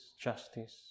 justice